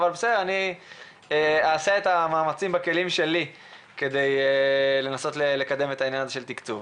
אני אעשה את המאמצים בכלים שלי כדי לנסות ולקדם את העניין של התקצוב.